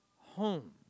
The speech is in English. home